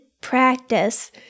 practice